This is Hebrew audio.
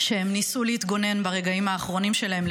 שהם ניסו להתגונן ברגעים האחרונים שלהם,